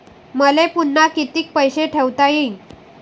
मले पुन्हा कितीक पैसे ठेवता येईन?